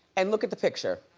and look at the picture.